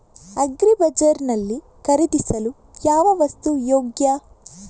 Agri bazaar ನಲ್ಲಿ ಖರೀದಿಸಲು ಯಾವ ವಸ್ತು ಯೋಗ್ಯ?